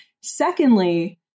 Secondly